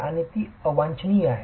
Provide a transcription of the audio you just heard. आणि जे अवांछनीय आहे